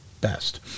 best